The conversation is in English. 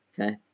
okay